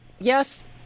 Yes